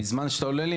בזמן שאתה עונה לי,